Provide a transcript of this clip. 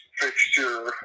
fixture